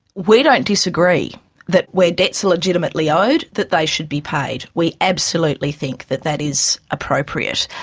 we don't disagree that where debts are legitimately owed that they should be paid. we absolutely think that that is appropriate.